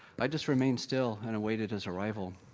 i just remained still and awaited his arrival.